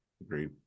Agreed